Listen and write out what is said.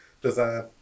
design